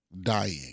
dying